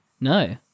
No